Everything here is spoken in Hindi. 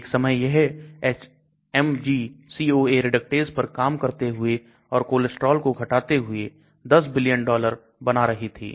एक समय यह HMG CoA reductase पर काम करते हुए और कोलेस्ट्रॉल को घटाते हुए 10 बिलियन डॉलर बना रही थी